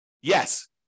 Yes